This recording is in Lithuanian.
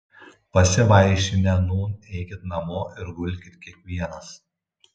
pasivaišinę nūn eikit namo ir gulkit kiekvienas